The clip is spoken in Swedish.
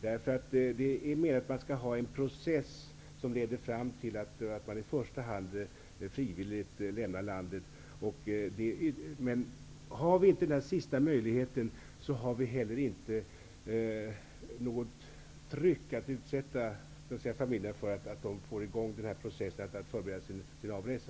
Det handlar mera om att det skall finnas en process som leder fram till att människor i första hand frivilligt lämnar landet. Har vi inte denna sista möjlighet, har vi heller inte något tryck på familjerna så att processen kommer i gång när det gäller förberedelserna för en avresa.